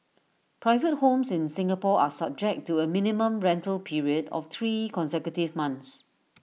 private homes in Singapore are subject to A minimum rental period of three consecutive months